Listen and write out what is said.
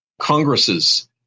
congresses